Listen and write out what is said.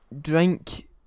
drink